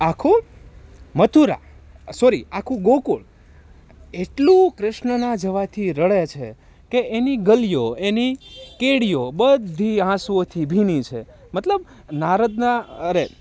આખું મથુરા સોરી આખું ગોકુળ એટલું કૃષ્ણના જવાથી રડે છે કે એની ગલીઓ એની કેડીઓ બધી આંસુઓથી ભીની છે મતલબ નારદના અરે